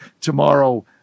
tomorrow